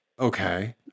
Okay